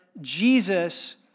Jesus